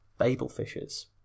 babelfishes